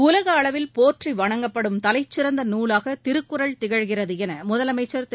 உலக அளவில் போற்றி வணங்கப்படும் தலைசிறந்த நூலாக திருக்குறள் திகழ்கிறது என முதலமைச்சர் திரு